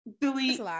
delete